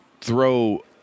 throw